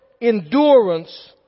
endurance